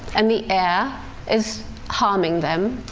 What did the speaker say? and the air is harming them,